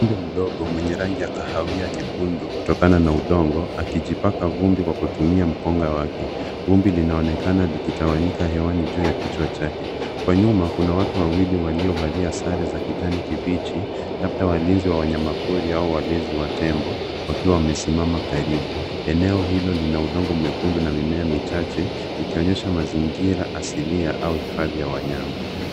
Tembo mdogo mwenye rangi ya kahawia nyekundu kutokana na udongo, akijipaka vumbi kwa kutumia mkonga wake. Vumbi linaonekana likitawanyika hewani juu ya kichwa chake. Kwa nyuma, kuna watu wawili waliovalia sare za kijani kibichi, labda walinzi wa wanyamapori au walezi wa tembo, wakiwa wamesimama karibu. Eneo hilo lina udongo mwekundu na mimea michache, likionyesha mazingira asilia au hifadhi ya wanyama.